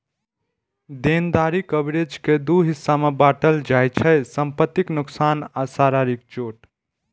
देनदारी कवरेज कें दू हिस्सा मे बांटल जाइ छै, संपत्तिक नोकसान आ शारीरिक चोट